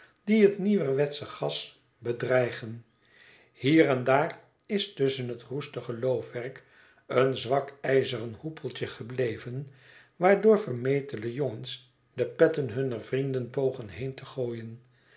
die het nieuwerwetsche gas bedreigen hier en daar is tusschen het roestige loofwerk een zwak ijzeren hoepeitje gebleven waardoor vermetele jongens de petten hunner vrienden pogen heen te gooien